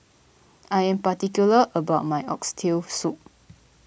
I am particular about my Oxtail Soup